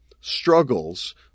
struggles